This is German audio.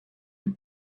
dem